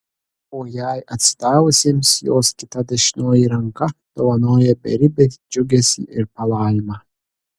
o jai atsidavusiems jos kita dešinioji ranka dovanoja beribį džiugesį ir palaimą